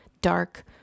dark